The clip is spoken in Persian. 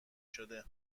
شده